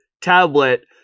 tablet